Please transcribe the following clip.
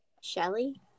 Shelly